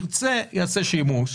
ירצה יעשה שימוש,